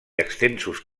extensos